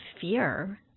fear